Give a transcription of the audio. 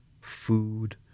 food